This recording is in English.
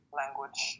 language